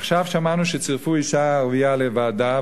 עכשיו שמענו שצירפו אשה ערבייה לוועדה,